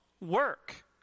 work